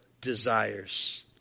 desires